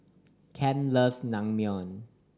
Kent loves Naengmyeon